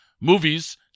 Movies